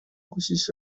گوشیش